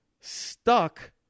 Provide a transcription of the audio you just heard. stuck